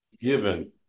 given